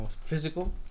physical